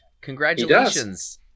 Congratulations